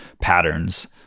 patterns